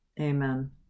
amen